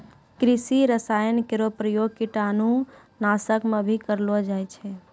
कृषि रसायन केरो प्रयोग कीटाणु नाशक म भी करलो जाय छै